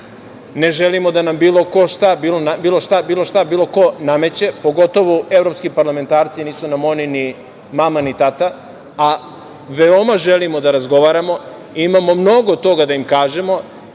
želimo da nam bilo ko, bilo šta nameće, pogotovu Evropski parlamentarci, nisu nam oni ni mama, ni tata, a veoma želimo da razgovaramo, imamo mnogo toga da im kažemo